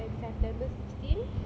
at september sixteen